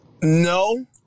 No